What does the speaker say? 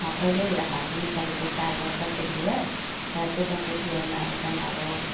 पहिल्यै अब हाम्रो नेपालीको चाडबाड दसैँ तिहार र चाहिँ दसैँ तिहारमा एकदम अब